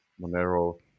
Monero